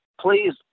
Please